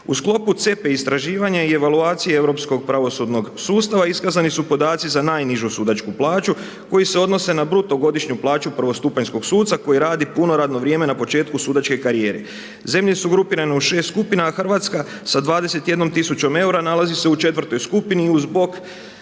U sklopu CEPA-e istraživanja i evaluacije europskog pravosudnog sustava iskazani su podaci za najnižu sudačku plaću koji se odnose na bruto godišnju plaću prvostupanjskog suca koji radi puno radno vrijeme na početku sudačke karijere. Zemlje su grupirane u 6 skupina a Hrvatska sa 21 tisućom eura nalazi se u četvrtoj skupini uz bok